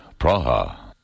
Praha